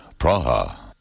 Praha